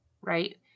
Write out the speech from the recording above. right